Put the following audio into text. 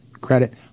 credit